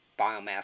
biomass